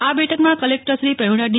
આ બેઠકમાં કલેકટરશ્રી પ્રવિણા ડી